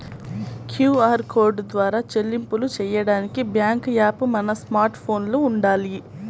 QR code ద్వారా చెల్లింపులు చెయ్యడానికి బ్యేంకు యాప్ మన స్మార్ట్ ఫోన్లో వుండాలి